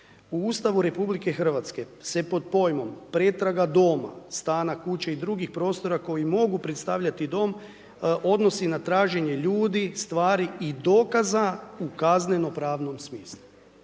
U Ustavu RH se pod pojmom, pretraga doma, stana, kuće i drugih prostora koji mogu predstavljati dom odnosi na traženje ljudi, stvari i dokaza u kaznenopravnom smislu.